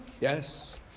yes